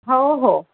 हो हो